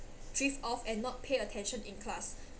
drift off and not pay attention in class